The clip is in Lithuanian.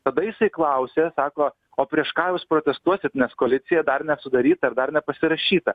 tada jisai klausė sako o prieš ką jūs protestuosit nes koalicija dar nesudaryta ir dar nepasirašyta